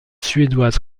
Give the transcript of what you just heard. suédoise